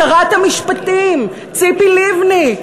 שרת המשפטים ציפי לבני,